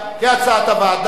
כהצעת הוועדה,